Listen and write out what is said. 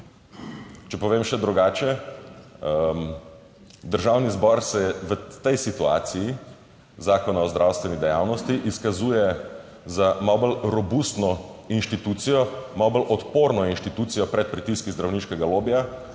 Če povem še drugače, Državni zbor se v tej situaciji Zakona o zdravstveni dejavnosti izkazuje za malo bolj robustno inštitucijo, malo bolj odporno inštitucijo pred pritiski zdravniškega lobija,